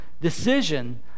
decision